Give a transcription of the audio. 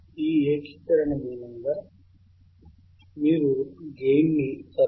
సమీకరణం fc 12πRC అవుతుంది